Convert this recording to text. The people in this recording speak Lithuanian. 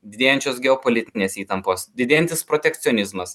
didėjančios geopolitinės įtampos didėjantis protekcionizmas